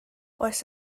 oes